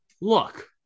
look